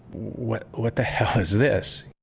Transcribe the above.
what what the hell is this?